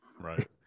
Right